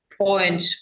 point